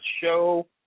show